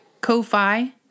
Ko-Fi